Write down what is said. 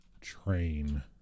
Train